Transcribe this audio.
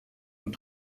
und